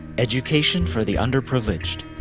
education for the under privileged,